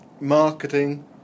marketing